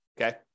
okay